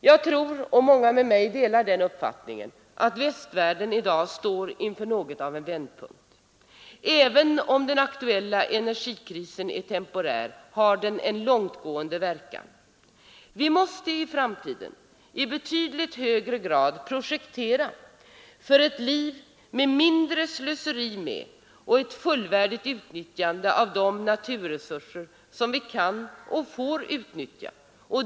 Jag tror — och många delar där min uppfattning — att västvärlden i dag står inför en vändpunkt. Även om den aktuella energikrisen är temporär har den långtgående verkningar. Vi måste i framtiden i betydligt högre grad projektera för ett liv med mindre slöseri med och fullvärdigt utnyttjande av de naturresurser som vi kan och får utnyttja.